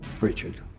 Richard